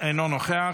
אינו נוכח,